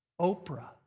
Oprah